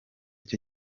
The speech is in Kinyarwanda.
cyo